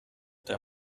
der